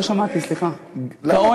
לא שמעתי, סליחה, גאון, נדיב.